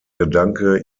gedanke